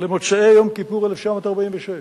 למוצאי יום הכיפורים 1946,